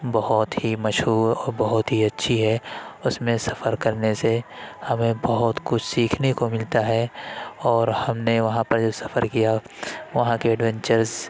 بہت ہی مشہور اور بہت ہی اچھی ہے اس میں سفر کرنے سے ہمیں بہت کچھ سیکھنے کو ملتا ہے اور ہم نے وہاں پر جو سفر کیا وہاں کے ایڈونچرس